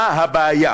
מה הבעיה